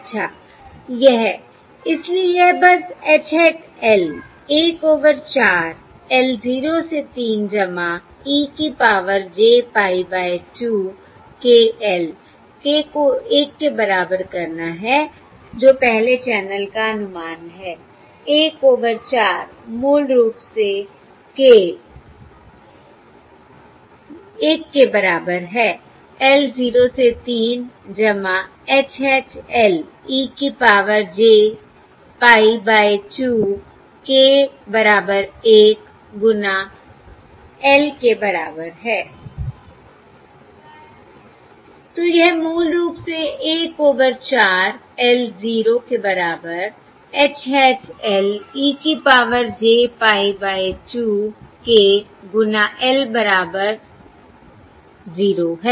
अच्छा यह इसलिए यह बस H hat 1 1 ओवर 4 l 0 से 3 जमा e की power j pie by 2 k l k को 1 के बराबर करना है जो पहले चैनल का अनुमान है 1 ओवर 4 मूल रूप से k 1 के बराबर है l 0 से 3 जमा H hat l e की power j pie by 2 k बराबर 1 गुना l के बराबर हैI तो यह मूल रूप से 1 ओवर 4 l 0 के बराबर H hat l e की power j pie by 2 k गुना l 0 है